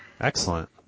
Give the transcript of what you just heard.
Excellent